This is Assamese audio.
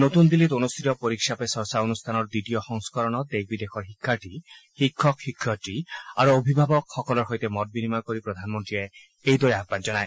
নতুন দিল্লীত অনুষ্ঠিত পৰীক্ষা পে চৰ্চা অনুষ্ঠানৰ দ্বিতীয় সংস্কৰণত দেশ বিদেশৰ শিক্ষাৰ্থী শিক্ষক শিক্ষয়িত্ৰী আৰু অভিভাৱকসকলৰ সৈতে মত বিনিময় কৰি প্ৰধানমন্ত্ৰীয়ে এইদৰে আহান জনায়